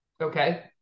okay